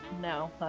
no